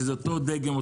שזה אותו דגם,